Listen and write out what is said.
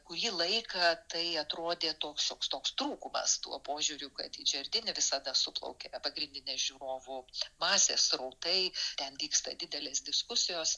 kurį laiką tai atrodė toks šioks toks trūkumas tuo požiūriu kad į džerdini visada suplaukia pagrindinės žiūrovų masės srautai ten vyksta didelės diskusijos